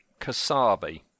Kasabi